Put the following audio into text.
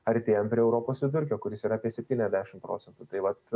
artėjam prie europos vidurkio kuris yra apie septyniasdešimt procentų tai vat